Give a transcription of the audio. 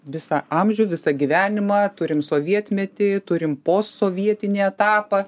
visą amžių visą gyvenimą turim sovietmetį turim posovietinį etapą